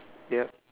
yup